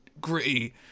gritty